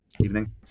evening